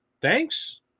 thanks